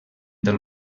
del